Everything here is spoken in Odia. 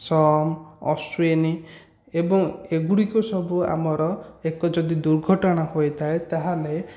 ସମ ଅଶ୍ଵିନୀ ଏବଂ ଏଗୁଡ଼ିକ ସବୁ ଆମର ଏକ ଯଦି ଦୁର୍ଘଟଣା ହୋଇଥାଏ ତା'ହେଲେ